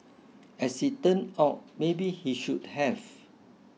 as it turned out maybe he should have